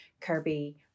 Kirby